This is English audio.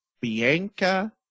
Bianca